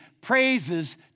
praises